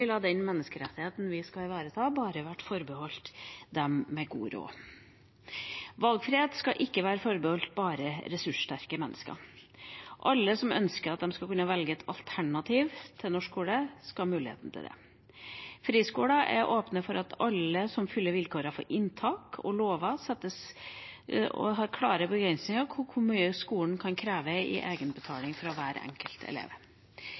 ville den menneskerettigheten vi skal ivareta, bare vært forbeholdt dem med god råd. Valgfrihet skal ikke være forbeholdt ressurssterke mennesker. Alle som ønsker å velge et alternativ til norsk skole, skal ha muligheten til det. Friskoler er åpne for alle som fyller vilkårene for inntak, og loven gir klare begrensninger for hvor mye skolen kan kreve i